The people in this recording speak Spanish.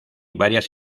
varias